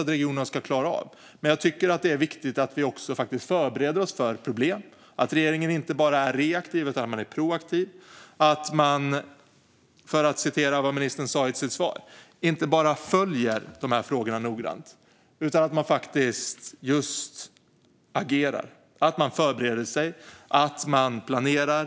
Men det är viktigt att vi förbereder oss för problem och att regeringen inte bara är reaktiv utan proaktiv och att man inte bara, som ministern sa i sitt svar, följer dessa frågor noggrant utan agerar, förbereder och planerar.